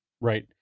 Right